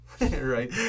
right